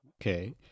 Okay